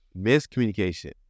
miscommunication